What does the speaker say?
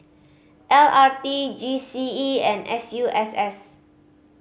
L R T G C E and S U S S